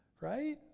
right